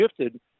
shifted